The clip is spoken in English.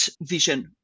vision